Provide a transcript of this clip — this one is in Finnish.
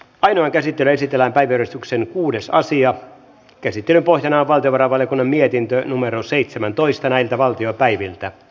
aina käsitin esitellään taideristuksen uudessa asian käsittelyn pohjana valtiovarainvaliokunnan mietintö numero seitsemäntoista näiltä valtiopäiviltä